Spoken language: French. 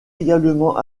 également